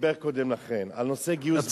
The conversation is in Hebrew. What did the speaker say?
שדיבר קודם לכן על נושא גיוס בני הישיבות.